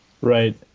Right